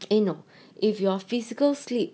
eh no if your physical slip